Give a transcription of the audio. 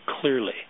clearly